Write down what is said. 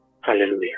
hallelujah